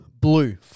Blue